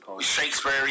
Shakespeare